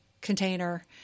container